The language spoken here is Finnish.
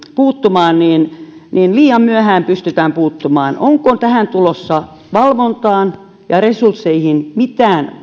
puuttumaan niin niin liian myöhään pystytään puuttumaan onko tähän valvontaan ja resursseihin tulossa mitään